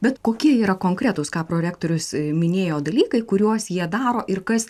bet kokie yra konkretūs ką prorektorius minėjo dalykai kuriuos jie daro ir kas